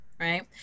right